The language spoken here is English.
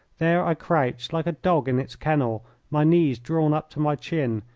there i crouched like a dog in its kennel my knees drawn up to my chin,